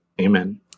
Amen